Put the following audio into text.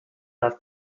left